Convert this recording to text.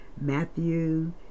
Matthew